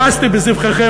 ולא מאסתי בזבחיכם,